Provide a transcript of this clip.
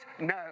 No